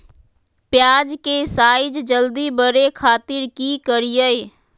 प्याज के साइज जल्दी बड़े खातिर की करियय?